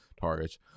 targets